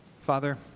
Father